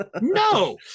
No